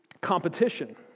competition